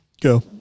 Go